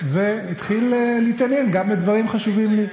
והתחיל להתעניין גם בדברים חשובים לי.